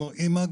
כמו אמא,